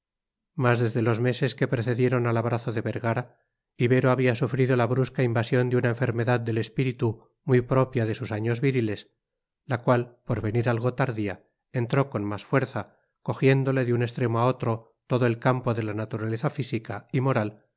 mas desde los meses que precedieron al abrazo de vergara ibero había sufrido la brusca invasión de una enfermedad del espíritu muy propia de sus años viriles la cual por venir algo tardía entró con más fuerza cogiéndole de un extremo a otro todo el campo de la naturaleza física y moral